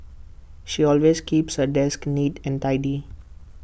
she always keeps her desk neat and tidy